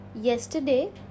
yesterday